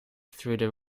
through